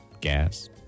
Gas